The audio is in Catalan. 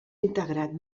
integrat